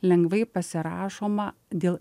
lengvai pasirašoma dėl